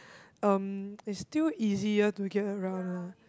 um it's still easier to get around lah